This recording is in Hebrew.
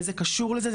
וזה קשור לזה,